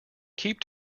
keep